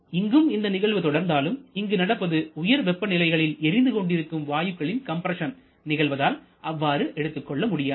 இங்கும் இந்த நிகழ்வு தொடர்ந்தாலும் இங்கு நடப்பது உயர் வெப்ப நிலைகளில் எரிந்துகொண்டிருக்கும் வாயுக்களில் கம்ப்ரஸன் நிகழ்வதால் அவ்வாறு எடுத்துக் கொள்ள முடியாது